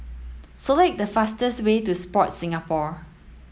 select the fastest way to Sport Singapore